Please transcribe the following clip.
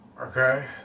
Okay